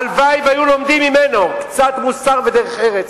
הלוואי שהיו לומדים ממנו קצת מוסר ודרך ארץ,